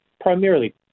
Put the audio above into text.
primarily